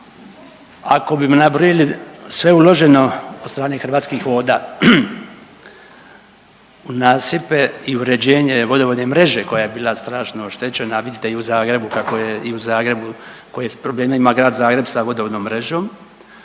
ako bi nabrojili sve uloženo od strane Hrvatskih voda u nasipe i uređenje vodovodne mreže koja je bila strašno oštećena, a vidite i u Zagrebu kako je, i u Zagrebu koje probleme ima Grad Zagreb sa vodovodnom mrežom,